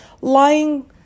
lying